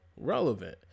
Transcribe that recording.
relevant